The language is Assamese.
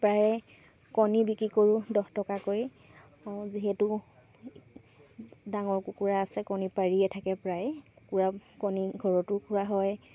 প্ৰায় কণী বিক্ৰী কৰোঁ দহ টকাকৈ যিহেতু ডাঙৰ কুকুৰা আছে কণী পাৰিয়ে থাকে প্ৰায় কুকুৰা কণী ঘৰতো খোৱা হয়